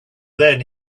then